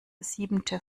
siebente